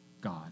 God